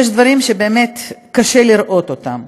יש דברים שבאמת קשה לראות אותם,